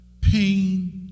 pain